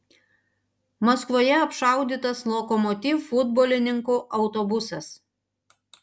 maskvoje apšaudytas lokomotiv futbolininkų autobusas